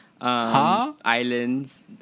Islands